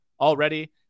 already